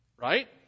Right